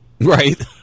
right